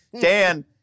Dan